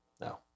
No